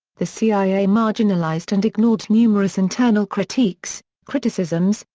the cia marginalized and ignored numerous internal critiques, criticisms,